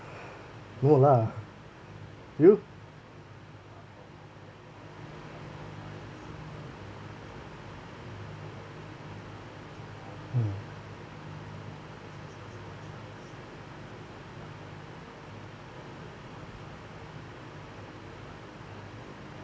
go lah you mm